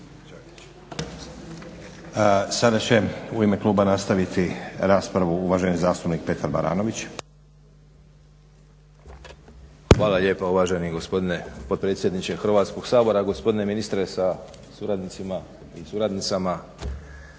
Sada će u ime kluba nastaviti raspravu uvaženi zastupnik Petar Baranović. **Baranović, Petar (HNS)** Hvala lijepa uvaženi gospodine potpredsjedniče Hrvatskog sabora, gospodine ministre sa suradnicima i suradnicama,